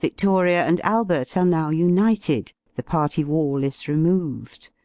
victoria and albert are now united the party-wall is removed.